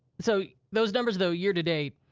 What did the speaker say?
so those numbers though, year-to-date,